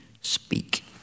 speak